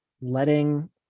letting